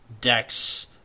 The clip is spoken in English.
decks